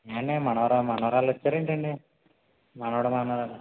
ఏవండి మనవర మనవరాలు వచ్చారేంటండి మనవడు మనవరాలు